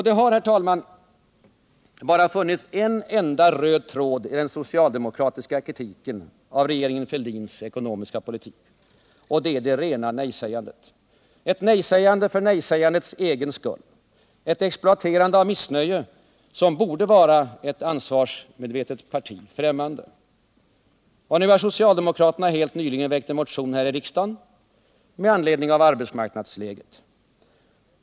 Det har, herr talman, funnits en enda röd tråd i den socialdemokratiska kritiken av regeringen Fälldins ekonomiska politik, och det är det rena nejsägandet — ett nej-sägande för nej-sägandets egen skull, ett exploaterande av missnöje som borde vara ett ansvarsmedvetet parti främmande. Helt nyligen har socialdemokraterna väckt en motion här i riksdagen med anledning av arbetsmarknadsläget.